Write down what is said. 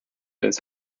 his